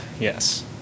yes